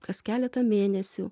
kas keletą mėnesių